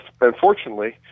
Unfortunately